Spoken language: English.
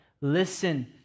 Listen